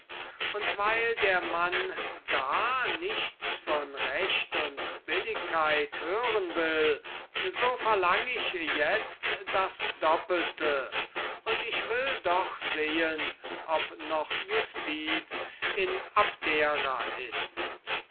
und weil der mann da nichts von recht und billigkeit hören will so verlang ich itzt das doppelte und will sehen ob noch justiz in abdera ist